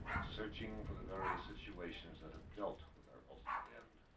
searching for the various situations that have dealt with our ultimate end.